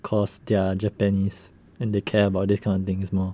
cause they are japanese and they care about this kind of things more